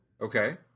Okay